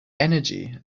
energy